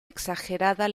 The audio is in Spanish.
exagerada